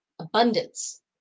abundance